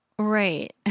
Right